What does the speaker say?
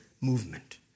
movement